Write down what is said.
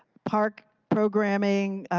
park programming,